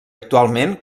actualment